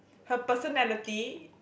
her personality